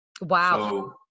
Wow